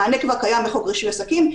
המענה כבר קיים בחוק רישוי עסקים.